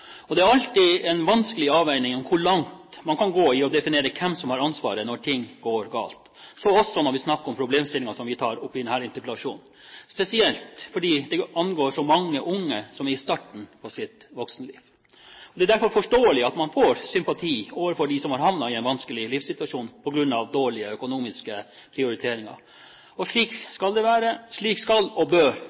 Det er alltid en vanskelig avveining hvor langt man kan gå i å definere hvem som har ansvaret når ting går galt – så også når det gjelder de problemstillinger som vi tar opp i denne interpellasjonen – spesielt fordi det angår så mange unge som er i starten på sitt voksenliv. Det er derfor forståelig at man får sympati for dem som har havnet i en vanskelig livssituasjon på grunn av dårlige økonomiske prioriteringer. Slik skal og bør det være